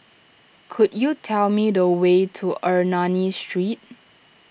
could you tell me the way to Ernani Street